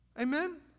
Amen